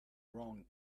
wrong